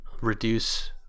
reduce